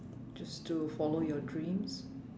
just to follow your dreams